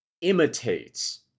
imitates